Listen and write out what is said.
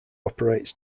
operates